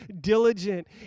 diligent